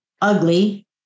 ugly